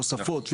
תוספות.